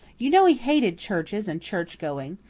you know he hated churches and churchgoing.